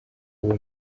uwo